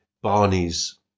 Barney's